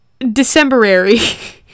Decemberary